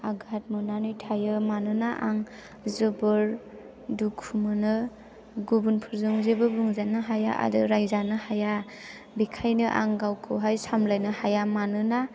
आघाट मोननानै थायो मानोना आं जोबोर दुखु मोनो गुबुनफोरजों जेबो बुंजानो हाया आरो रायजानो हाया बेनिखायनो आं गावखौहाय सामलायनो हाया मानोना